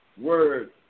word